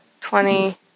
Twenty